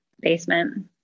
basement